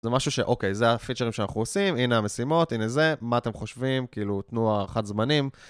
זה משהו שאוקיי, זה הפיצ'רים שאנחנו עושים, הנה המשימות, הנה זה, מה אתם חושבים, כאילו תנו הערכת זמנים.